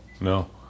No